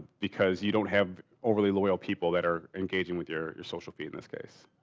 because you don't have overly loyal people that are engaging with your your social feed in this case.